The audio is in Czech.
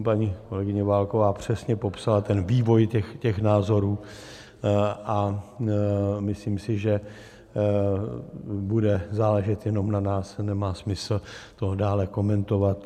Paní kolegyně Válková přesně popsala vývoj těch názorů a myslím si, že bude záležet jenom na nás nemá smysl to dále komentovat.